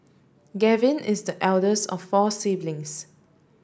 Gavin is the eldest of four siblings